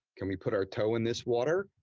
can we put our toe in this water?